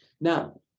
Now